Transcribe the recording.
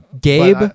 Gabe